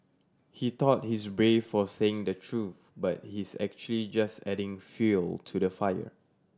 he thought he's brave for saying the truth but he's actually just adding fuel to the fire